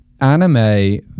anime